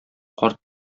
карт